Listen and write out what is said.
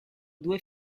due